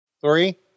three